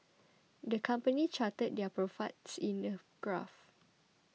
the company charted their profits in a graph